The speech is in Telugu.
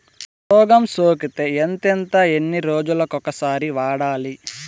రోగం సోకితే ఎంతెంత ఎన్ని రోజులు కొక సారి వాడాలి?